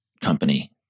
company